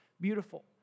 Beautiful